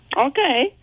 Okay